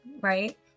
right